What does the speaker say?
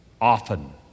Often